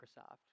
Microsoft